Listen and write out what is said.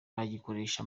bagikoresha